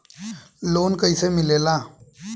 Loan कईसे मिलेला?